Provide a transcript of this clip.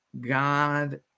God